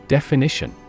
Definition